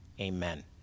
Amen